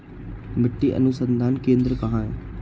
मिट्टी अनुसंधान केंद्र कहाँ है?